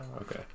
Okay